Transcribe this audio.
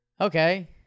Okay